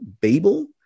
Babel